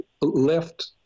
left